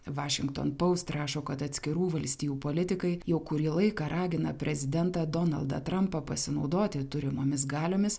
washington post rašo kad atskirų valstijų politikai jau kurį laiką ragina prezidentą donaldą trampą pasinaudoti turimomis galiomis